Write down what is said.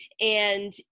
and-